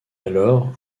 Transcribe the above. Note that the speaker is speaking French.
alors